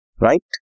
Right